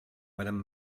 madame